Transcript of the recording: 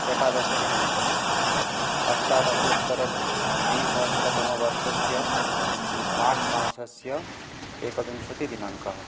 एकादशदिनाङ्कः अष्टादशोत्तरद्विसहस्रतमवर्षस्य म् मार्च् मासस्य एकविंशतिदिनाङ्कः